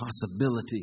possibility